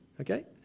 Okay